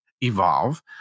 evolve